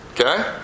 Okay